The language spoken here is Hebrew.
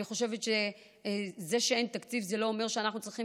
אני חושבת שזה שאין תקציב זה לא אומר שאנחנו צריכים